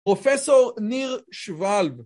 פרופסור ניר שוולב